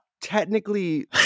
technically